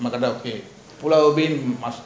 okay pulau ubin must